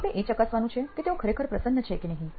આપણે એ ચકાસવાનું છે કે તેઓ ખરેખર પ્રસન્ન છે કે નહિ